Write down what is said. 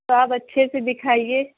تو آپ اچھے سے دکھائیے